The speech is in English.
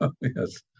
yes